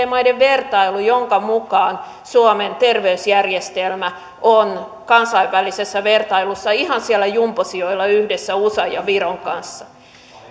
maiden vertailu jonka mukaan suomen terveysjärjestelmä on kansainvälisessä vertailussa ihan siellä jumbosijoilla yhdessä usan ja viron kanssa